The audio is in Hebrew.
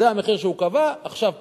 עכשיו, זה המחיר שהוא קבע, עכשיו פיתוח,